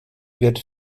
wird